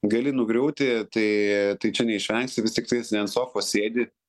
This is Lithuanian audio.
gali nugriūti tai tai čia neišvengsi vis tiktais ne ant sofos sėdi